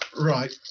Right